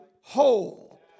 whole